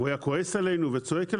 הוא היה כועס עלינו וצועק אלינו,